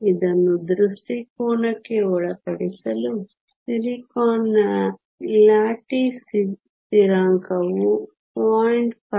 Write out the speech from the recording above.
ಇದನ್ನು ದೃಷ್ಟಿಕೋನಕ್ಕೆ ಒಳಪಡಿಸಲು ಸಿಲಿಕಾನ್ನ ಲ್ಯಾಟಿಸ್ ಸ್ಥಿರಾಂಕವು 0